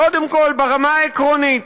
קודם כול ברמה העקרונית,